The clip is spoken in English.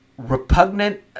repugnant